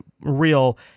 real